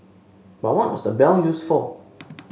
but what was the bell used for